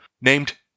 named